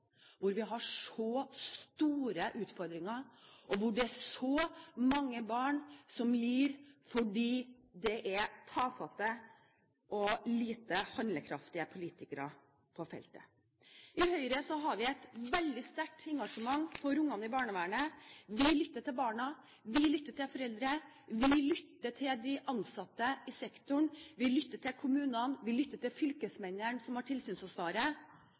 hvor vi har så store utfordringer, og hvor det er så mange barn som lider fordi det er tafatte og lite handlekraftige politikere på feltet. I Høyre har vi et veldig sterkt engasjement for barna i barnevernet. Vi lytter til barna, vi lytter til foreldre, og vi lytter til de ansatte i sektoren. Vi lytter til kommunene, vi lytter til fylkesmennene som har tilsynsansvaret.